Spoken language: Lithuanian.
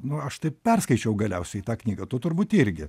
nu aš tai perskaičiau galiausiai tą knygą tu turbūt irgi